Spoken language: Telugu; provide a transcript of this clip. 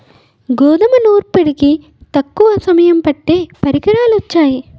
గోధుమల్ని నూర్పిడికి తక్కువ సమయం పట్టే పరికరాలు వొచ్చాయి